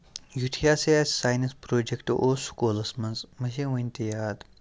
یتھٕے ہَسا اسہِ ساینس پروجکٹ اوس سکولَس مَنٛز مےٚ چھُ وٕنہِ تہِ یاد